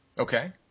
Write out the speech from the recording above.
Okay